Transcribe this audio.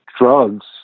drugs